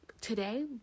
today